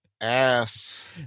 ass